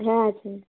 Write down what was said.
হ্যাঁ আছে